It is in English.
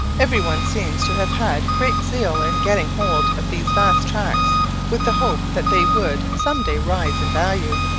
every one seems to have had great zeal in getting hold of these vast tracts with the hope that they would some day rise in value.